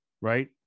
Right